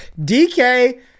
DK